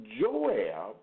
Joab